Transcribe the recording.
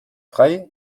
frei